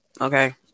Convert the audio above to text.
Okay